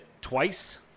twice